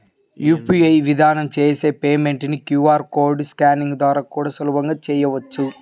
UPI విధానం చేసే payment ని క్యూ.ఆర్ కోడ్ స్కానింగ్ ద్వారా కూడా సులభంగా చెయ్యొచ్చు